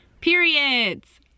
periods